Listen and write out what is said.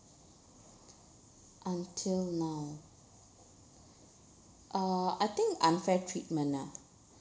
until now uh I think unfair treatment lah